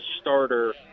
starter